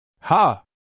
Ha